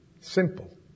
Simple